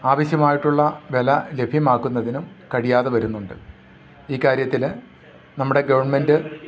ആവശ്യമായിട്ടുള്ള വില ലഭ്യമാക്കുന്നതിനും കഴിയാതെ വരുന്നുണ്ട് ഈ കാര്യത്തിൽ നമ്മുടെ ഗവൺമെൻറ്റ്